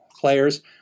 players